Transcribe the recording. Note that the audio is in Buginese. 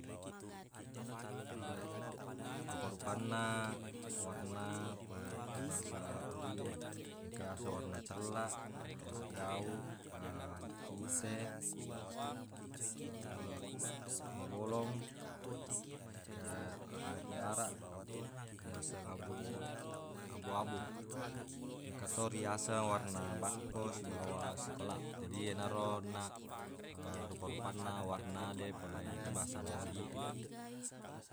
rupa-rupanna warna pole ri bahasa ogi e engka yaseng warna cellaq, engka yaseng gauq, pute, mabolong, engka abu makudaraq, abu- engka yaseng abu abu-abu, engka to riyaseng warna bakko sibawa sikolaq. Jadi yenaro onnaq rupa-rupanna warna de pole ri bahasa ogi e.